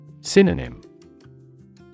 Synonym